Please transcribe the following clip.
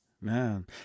Man